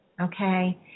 Okay